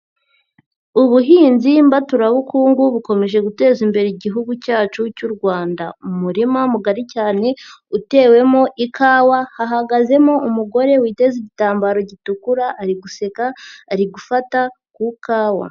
Ubuhinzi mbaturabukungu bukomeje gutezambere Igihugu cyacu cy'u Rwanda, umurima mugari cyane utewemo ikawa hahagazemo umugore witeze igitambaro gitukura ari guseka ari gufata ku kawa.